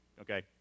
Okay